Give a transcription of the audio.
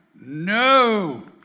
No